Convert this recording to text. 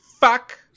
fuck